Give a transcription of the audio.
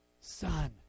Son